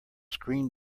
screen